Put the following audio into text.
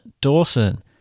Dawson